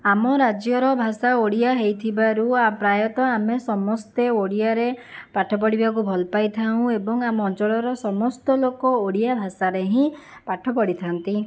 ଆମ ରାଜ୍ୟର ଭାଷା ଓଡ଼ିଆ ହେଇଥିବାରୁ ପ୍ରାୟତଃ ଆମେ ସମସ୍ତେ ଓଡ଼ିଆରେ ପାଠ ପଢ଼ିବାକୁ ଭଲ ପାଇଥାଉ ଏବଂ ଆମ ଅଞ୍ଚଳର ସମସ୍ତ ଲୋକ ଓଡ଼ିଆ ଭାଷାରେ ହିଁ ପାଠ ପଢ଼ିଥାନ୍ତି